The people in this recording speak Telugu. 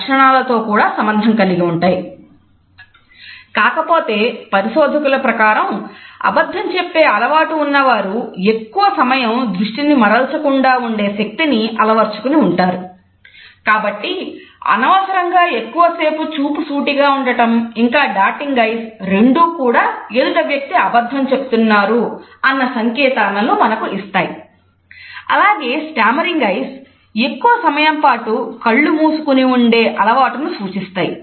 డార్టీన్గ్ ఐస్ ఎక్కువ సమయం పాటు కళ్ళు మూసుకొని ఉండే అలవాటును సూచిస్తాయి